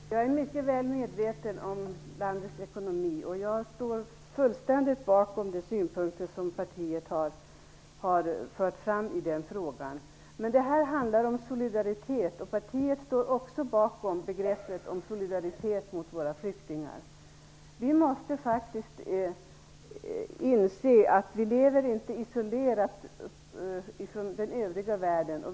Fru talman! Jag är mycket väl medveten om landets ekonomi, och jag står fullständigt bakom de synpunkter som partiet har fört fram på det området. Men det handlar här om solidaritet, och partiet vill visa en solidaritet med flyktingarna. Vi måste faktiskt inse att vi inte lever isolerade från den övriga världen.